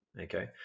okay